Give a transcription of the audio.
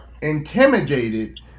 intimidated